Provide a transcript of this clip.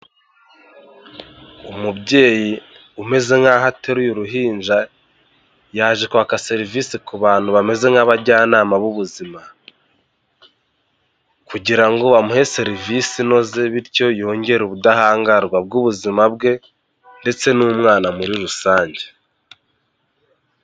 Umubyeyi umeze nk'aho ateruye uruhinja, yaje kwaka serivisi ku bantu bameze nk'abajyanama b'ubuzima, kugira ngo bamuhe serivisi inoze bityo yongere ubudahangarwa bw'ubuzima bwe ndetse n'umwana muri rusange.